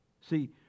See